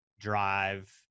drive